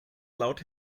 laut